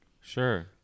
sure